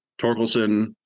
Torkelson